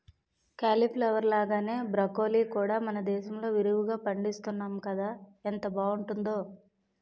cauliflower లాగానే broccoli కూడా మనదేశంలో విరివిరిగా పండిస్తున్నాము కదా ఎంత బావుంటుందో